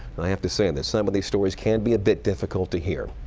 and i have to say and that some of these stories can be a bit difficult to hear.